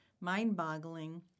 mind-boggling